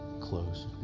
close